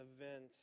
event